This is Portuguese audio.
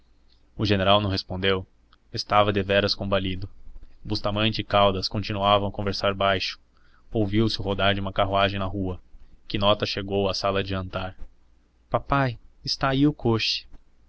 o general não respondeu estava deveras combalido bustamente e caldas continuavam a conversar baixo ouviu-se o rodar de uma carruagem na rua quinota chegou à sala de jantar papai está aí o